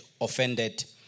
offended